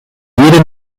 jede